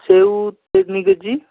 ସେଉ ତିନି କେଜି